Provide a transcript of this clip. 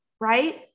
right